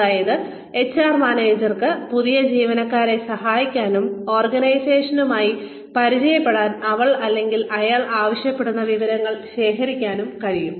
അതായത് എച്ച്ആർ മാനേജർക്ക് പുതിയ ജീവനക്കാരനെ സഹായിക്കാനും ഓർഗനൈസേഷനുമായി പരിചയപ്പെടാൻ അവൾ അല്ലെങ്കിൽ അയാൾ ആവശ്യപ്പെടുന്ന വിവരങ്ങൾ ശേഖരിക്കാനും കഴിയും